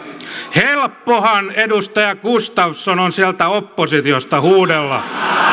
helppohan edustaja gustafsson on sieltä oppositiosta huudella